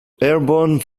airborne